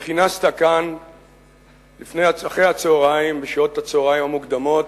וכינסת כאן אחר הצהריים, בשעות הצהריים המוקדמות,